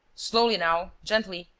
slowly, now, gently.